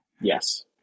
Yes